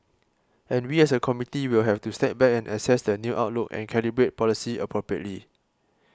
and we as a committee will have to step back and assess the new outlook and calibrate policy appropriately